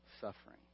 suffering